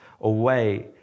away